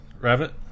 Rabbit